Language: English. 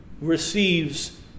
receives